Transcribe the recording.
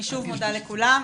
אני שוב מודה לכולם.